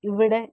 ഇവിടെ